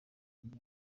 imyaka